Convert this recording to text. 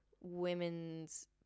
women's